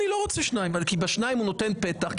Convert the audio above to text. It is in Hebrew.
אני לא רוצה שניים כי בשניים הוא נותן פתח,